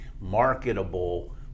marketable